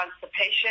constipation